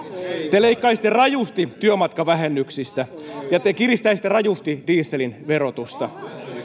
te leikkaisitte rajusti työmatkavähennyksistä ja te kiristäisitte rajusti dieselin verotusta